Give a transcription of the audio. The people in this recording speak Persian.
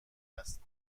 هست